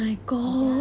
ya